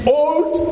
old